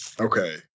okay